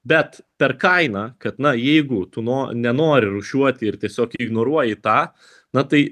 bet per kainą kad na jeigu tu nuo nenori rūšiuoti ir tiesiog ignoruoji tą na tai